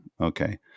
Okay